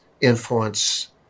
influence